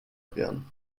bern